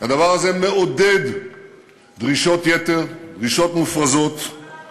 הדבר הזה מעודד דרישות יתר, דרישות מופרזות, בוא